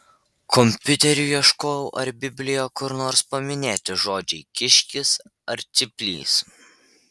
kompiuteriu ieškojau ar biblijoje kur nors paminėti žodžiai kiškis ar cyplys